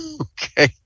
Okay